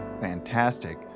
fantastic